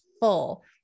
full